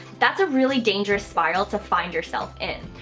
that's a really dangerous spiral to find yourself in.